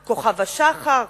כוכב-השחר,